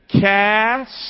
cast